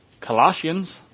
Colossians